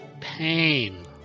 Pain